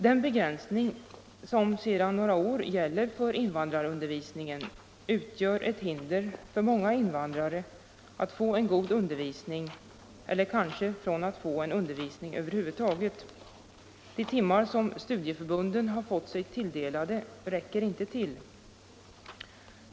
Den begränsning som sedan några år gäller för invandrarundervisningen utgör ett hinder för många invandrare att få en god undervisning eller kanske få undervisning över huvud taget. De timmar som studie — Nr 41 förbunden fått sig tilldelade räcker inte till.